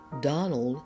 Donald